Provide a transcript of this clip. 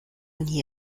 nie